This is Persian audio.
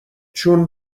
چون